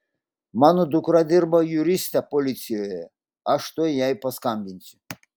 mano dukra dirba juriste policijoje aš tuoj jai paskambinsiu